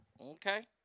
Okay